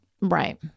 Right